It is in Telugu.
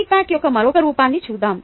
ఫీడ్బ్యాక్ యొక్క మరొక రూపాన్ని చూద్దాం